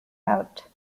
out